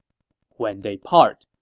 when they part,